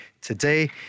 today